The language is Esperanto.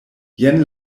jen